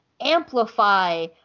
amplify